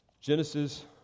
Genesis